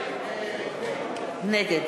נגד